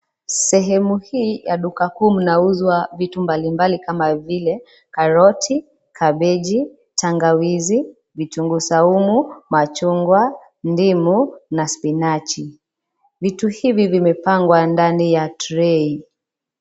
Sehemu hii ya duka kuu kunauzwa vitu mbalimbali kama vile karoti, kabeji, tangawizi, vitunguu saumu, machungwa, ndimu na spinachi. Vitu hivi vimepangwa ndani ya trei .